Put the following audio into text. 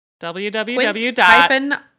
www